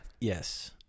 Yes